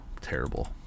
Terrible